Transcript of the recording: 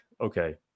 okay